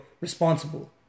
responsible